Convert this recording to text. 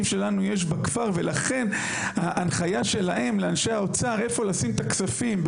שלנו יש בכפר ולכן ההנחיה שלהם לאנשי האוצר איפה לשים את הכספים,